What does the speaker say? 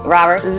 Robert